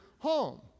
Home